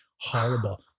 Horrible